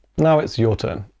now, it's your turn!